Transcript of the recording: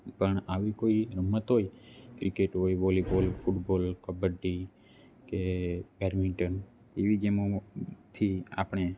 પણ આવી કોઈ રમત હોય ક્રિકેટ હોય volleyball football kabaddi કે બેડમિન્ટન એવી ગેમોમાંથી આપણે